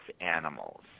animals